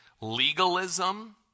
legalism